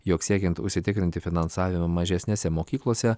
jog siekiant užsitikrinti finansavimą mažesnėse mokyklose